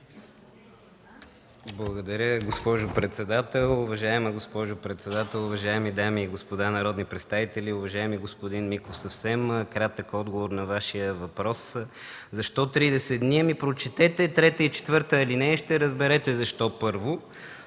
Благодаря, госпожо председател. Уважаема госпожо председател, уважаеми дами и господа народни представители! Уважаеми господин Миков, съвсем кратък отговор на Вашия въпрос защо 30 дни. Ами, прочетете 3 и 4 алинея и ще разберете защо, първо.